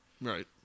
Right